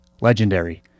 legendary